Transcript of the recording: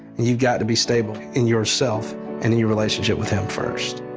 you've got to be stable in yourself and in your relationship with him first.